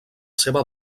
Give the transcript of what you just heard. seva